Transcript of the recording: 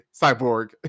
cyborg